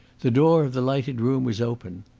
the door of the lighted room was open.